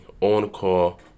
on-call